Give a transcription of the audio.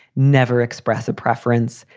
never express a preference.